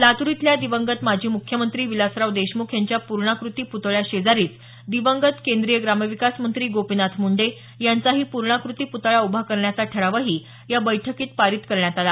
लातूर इथल्या दिवंगत माजी मुख्यमंत्री विलासराव देशमुख यांच्या पुर्णांकृती पुतळ्या शेजारीच दिवंगत केंद्रीय ग्रामविकास मंत्री गोपीनाथ मुंडे यांचाही पुर्णाकृती पुतळा उभा करण्याचा ठरावही या बैठकीत पारित करण्यात आला